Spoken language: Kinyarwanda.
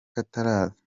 kataraza